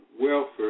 welfare